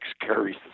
carries